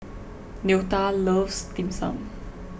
Leota loves Dim Sum